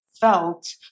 felt